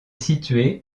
située